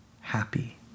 happy